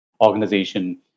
organization